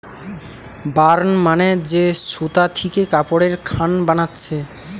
burn মানে যে সুতা থিকে কাপড়ের খান বানাচ্ছে